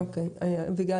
אביגל,